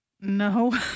No